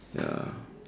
ya